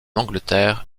angleterre